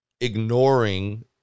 ignoring